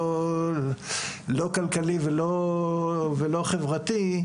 לא כלכלי ולא חברתי,